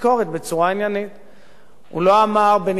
הוא לא אמר, בניגוד למה שחלק מבכירי הליכוד טענו,